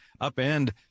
upend